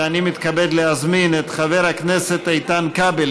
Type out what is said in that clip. ואני מתכבד להזמין את חבר הכנסת איתן כבל,